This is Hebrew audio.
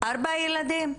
ארבעה ילדים?